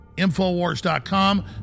Infowars.com